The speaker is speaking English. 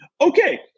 Okay